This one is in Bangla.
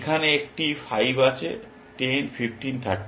এখানে একটি 5 আছে 10 15 30